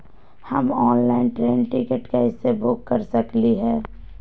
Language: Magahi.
हम ऑनलाइन ट्रेन टिकट कैसे बुक कर सकली हई?